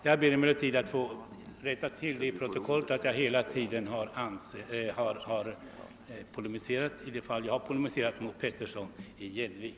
Jag ber emellertid att på detta sätt få göra en rättelse till protokollet och framhålla att jag, i de fall jag polemiserat, har vänt mig till herr Petersson i Gäddvik.